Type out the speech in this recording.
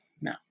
No